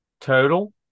Total